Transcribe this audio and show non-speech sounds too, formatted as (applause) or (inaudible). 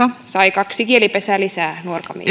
sai kaksi kielipesää lisää nuorgamiin (unintelligible)